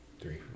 Three